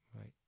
right